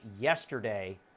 yesterday